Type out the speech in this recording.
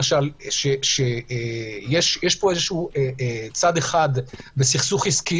יש פה איזה צד אחד בסכסוך עסקי,